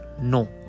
no